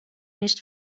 nicht